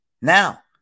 Now